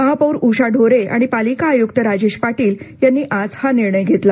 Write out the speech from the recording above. महापौर उषा ढोरे आणि पालिका आयुक्त राजेश पाटील यांनी आज हा निर्णय घेतला